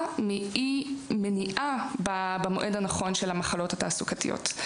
מאי מניעה במועד הנכון של המחלות התעסוקתיות.